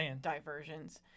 diversions